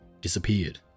Disappeared